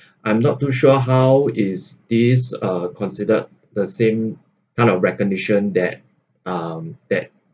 I'm not too sure how is this uh considered the same kind of recognition that um that